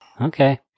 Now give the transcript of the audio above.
Okay